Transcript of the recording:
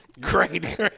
Great